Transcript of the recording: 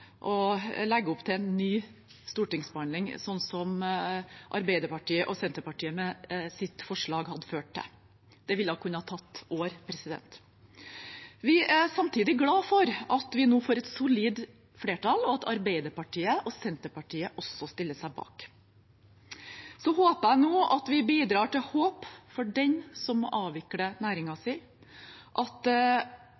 legge opp til en ny stortingsbehandling, slik Arbeiderpartiet og Senterpartiets forslag hadde ført til. Det kunne tatt år. Vi er samtidig glad for at vi nå får et solid flertall, og at Arbeiderpartiet og Senterpartiet også stiller seg bak forslagene. Jeg håper at vi bidrar til håp for dem som